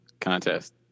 contest